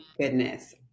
goodness